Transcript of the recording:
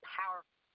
powerful